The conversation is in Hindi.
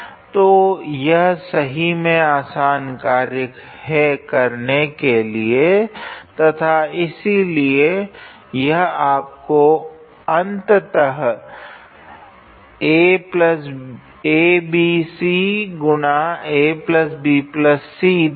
तो यह सही में आसन कार्य है करने के लिए तथा इसीलिए यह आपको अंततः देगा